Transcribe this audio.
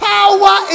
Power